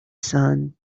son